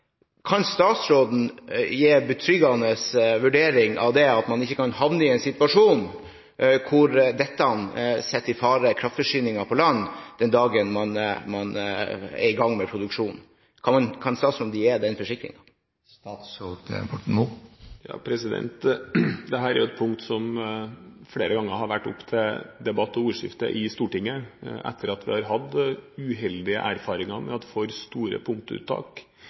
Kan statsråden gi en forsikring om at man ikke kommer til å havne i en situasjon der kraftforsyningen på land settes i fare den dagen man er i gang med produksjonen? Dette er et punkt som flere ganger har vært oppe til debatt og i ordskifter i Stortinget, etter at vi har hatt uheldige erfaringer med at for store punktuttak